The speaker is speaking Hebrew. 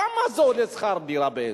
כמה עולה שכר דירה?